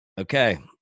Okay